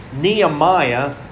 Nehemiah